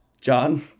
John